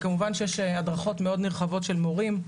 וכמובן שיש הדרכות מאוד נרחבות של מורים.